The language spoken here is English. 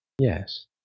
Yes